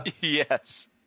Yes